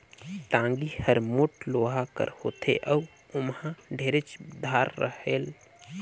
टागी हर मोट लोहा कर होथे अउ ओमहा ढेरेच धार रहेल